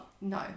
No